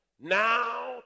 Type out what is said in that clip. Now